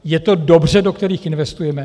Je to dobře, do kterých investujeme?